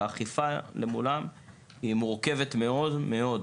והאכיפה למולם היא מורכבת מאוד-מאוד.